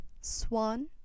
Swan